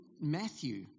Matthew